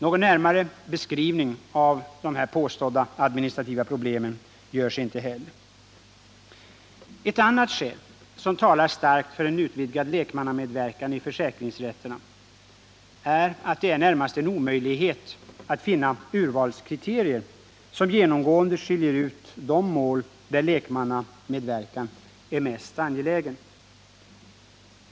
Någon närmare beskrivning av de påstådda administrativa problemen görs inte heller. Ett annat skäl som talar starkt för en utvidgad lekmannamedverkan i försäkringsrätterna är att det är närmast en omöjlighet att finna urvalskriterier som genomgående skiljer ut de mål där lekmannamedverkan är mest angelägen.